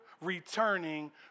returning